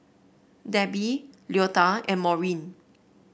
Debbie Leota and Maureen